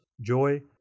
joy